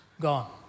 gone